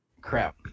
Crap